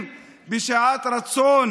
נטרל את לפיתת החנק של לפיד,